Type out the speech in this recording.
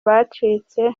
bacitse